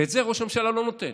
ואת זה ראש הממשלה לא נותן.